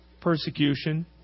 persecution